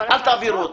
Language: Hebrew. אל תעבירו אותו.